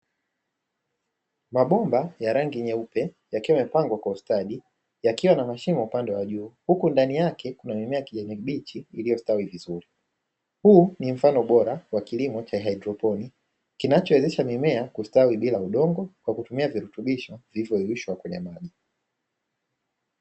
Mabomba ya rangi nyeupe yakiwa yamepangwa kwa ustadi, yakiwa na mashimo upande wa juu huku ndani yake kunamea mimea kijani kibichi iliyostawi vizuri. Huu ni mfano bora wa kilimo cha haidroponi kinachowezesha mimea kustawi bila udongo kwa kutumia virutubisho vilivyoyeyushwa kwenye maji.